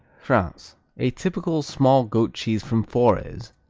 france a typical small goat cheese from forez,